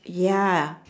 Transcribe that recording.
ya